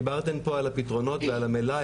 דיברתן פה על הפתרונות ועל המלאי,